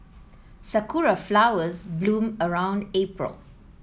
sakura flowers bloom around April